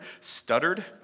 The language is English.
Stuttered